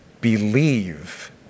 Believe